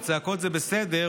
צעקות זה בסדר,